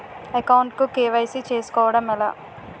Account కు KYC చేసుకోవడం ఎలా?